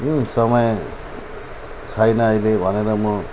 समय छैन अहिले भनेर म